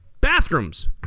bathrooms